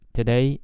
Today